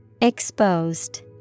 Exposed